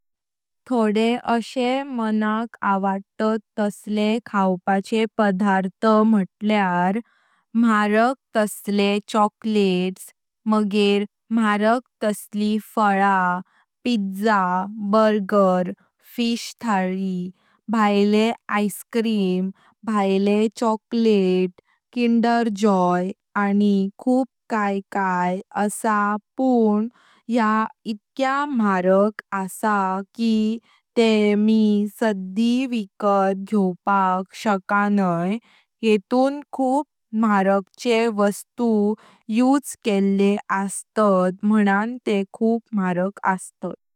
थोडे असे मानक आवडतात तसले खाऊपाचे पदार्थ मैतल्यार मारीक तसले चॉकलेटस्, मगर मारीक तसली फळा, पिझ्झा, बर्गर, फिश थाळी, भायले आईस्क्रीम, भायले चॉकलेट, किंडर जॉय, आनी खूप काय काय आसा पण या इटक्या मारीक आसा की ते मी सदी विकत घेयवपाक शकनाई। येतून खूप मारीक चे वस्तु उस केले अस्तात मणण ते खूप मारीक अस्तात।